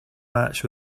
match